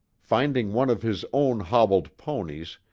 finding one of his own hobbled ponies,